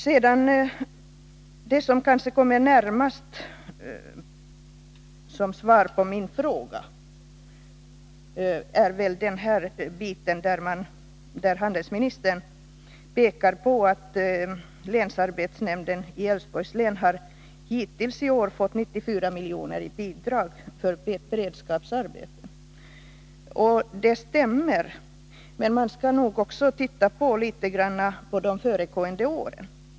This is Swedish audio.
Det som kanske kommer närmast ett svar på min fråga är det stycke där handelsministern pekar på att länsarbetsnämnden i Älvsborgs län hittills i år har fått 94 miljoner i bidrag för beredskapsarbeten. Det stämmer, men man skall nog då också titta litet grand på de föregående åren.